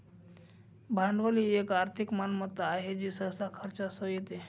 भांडवल ही एक आर्थिक मालमत्ता आहे जी सहसा खर्चासह येते